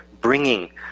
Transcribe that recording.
bringing